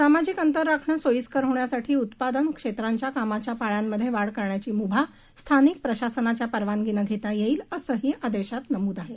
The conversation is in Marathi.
सामाजिक अंतर राखण सोयीस्कर होण्यासाठी उत्पादन क्षेत्रांच्या कामाच्या पाळ्यांमध्ये वाढ करण्याची मुभा स्थानिक प्रशासनाच्या परवानगीनं घेता येईल असंही आदेशात नमूद आहे